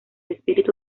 espíritu